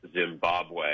Zimbabwe